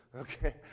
okay